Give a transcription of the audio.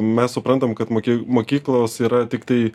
mes suprantam kad moki mokyklos yra tiktai